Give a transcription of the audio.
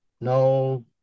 no